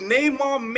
Neymar